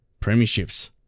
premierships